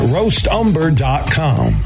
RoastUmber.com